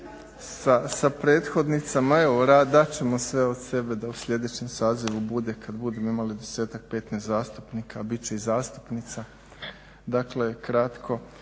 sa prethodnicama, evo dat ćemo sve od sebe da u sljedećem sazivu bude, kad budemo imali desestak, 15 zastupnika, bit će i zastupnica. Dakle kratko